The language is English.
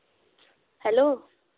hello